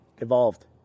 Evolved